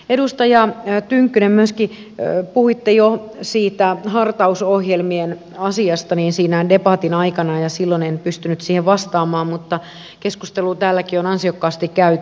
edustaja tynkkynen puhuitte siitä hartausohjelmien asiasta myöskin jo siinä debatin aikana ja silloin en pystynyt siihen vastaamaan mutta keskustelua täälläkin on ansiokkaasti käyty